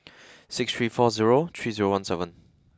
six three four zero three zero one seven